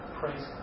praise